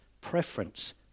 preference